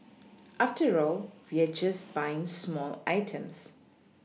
after all we're just buying small items